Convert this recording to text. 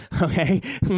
Okay